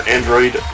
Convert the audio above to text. Android